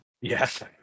yes